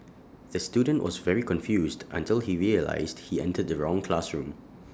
the student was very confused until he realised he entered the wrong classroom